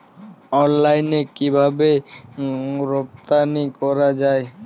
অনলাইনে কিভাবে রপ্তানি করা যায়?